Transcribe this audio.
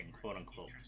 quote-unquote